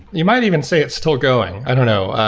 you might even say it's still going. i don't know.